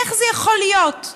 איך זה יכול להיות?